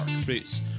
Fruits